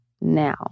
now